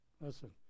Listen